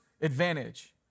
advantage